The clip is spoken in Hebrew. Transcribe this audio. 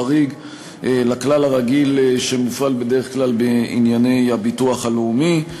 חריג לכלל הרגיל שמופעל בדרך כלל בענייני הביטוח הלאומי.